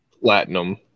Platinum